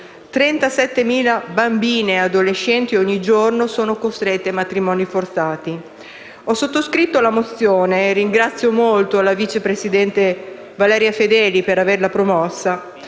37.000 bambine adolescenti ogni giorno sono costrette a matrimoni forzati. Ho sottoscritto la mozione n. 637 - e ringrazio molto la vice presidente Valeria Fedeli per averla promossa